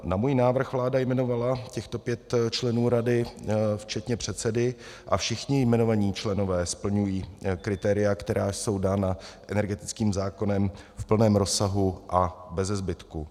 Na můj návrh vláda jmenovala těchto pět členů rady včetně předsedy a všichni jmenovaní členové splňují kritéria, která jsou dána energetickým zákonem v plném rozsahu a beze zbytku.